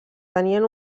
tenien